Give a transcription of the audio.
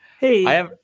Hey